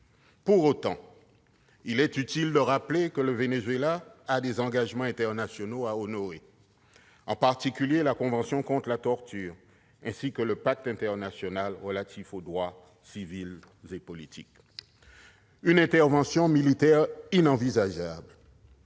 Pour autant, il est utile de rappeler que le Venezuela a des engagements internationaux à honorer, en particulier la convention contre la torture, ainsi que le pacte international relatif aux droits civils et politiques. L'intervention militaire est inenvisageable